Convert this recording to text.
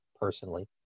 personally